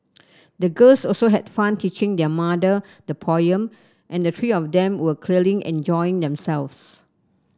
the girls also had fun teaching their mother the poem and the three of them were clearly enjoying themselves